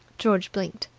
george blinked.